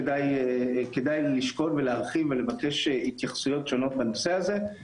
אנחנו כתעשייה מתנגדים לאפשרות שהחוות יבצעו אריזה ושיווק מהחווה